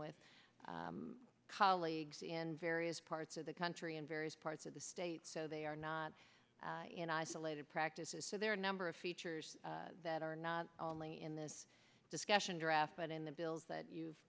with colleagues in various parts of the country in various parts of the state so they are not in isolated practices so there are a number of features that are not only in this discussion draft but in the bills that you've